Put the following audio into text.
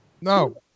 No